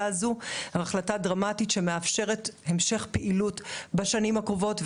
הזו החלטה דרמטית שמאפשרת המשך פעילות בשנים הקרובות,